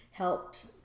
helped